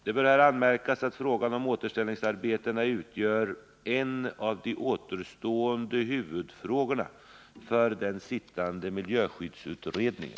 Det bör här anmärkas att frågan om återställningsarbeten utgör en av de återstående huvudfrågorna för den sittande miljöskyddsutredningen.